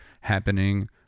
happening